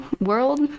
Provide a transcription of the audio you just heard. world